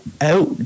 out